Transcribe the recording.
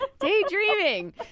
Daydreaming